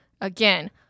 Again